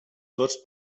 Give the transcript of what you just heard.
tots